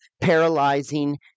paralyzing